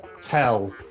tell